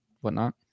whatnot